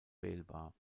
wählbar